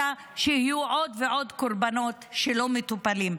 שיהיו עוד ועוד קורבנות שלא מטופלים.